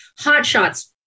hotshots